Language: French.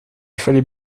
fallait